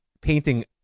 painting